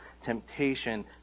temptation